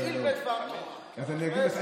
תתחיל בדבר תורה ואחרי זה תעבור לענייני דיומא.